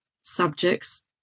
subjects